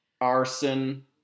arson